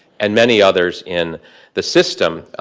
and many others in the system.